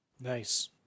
Nice